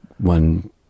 one